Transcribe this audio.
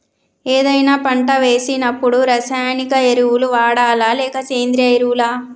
ఏదైనా పంట వేసినప్పుడు రసాయనిక ఎరువులు వాడాలా? లేక సేంద్రీయ ఎరవులా?